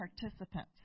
participants